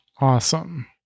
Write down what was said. Awesome